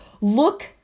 look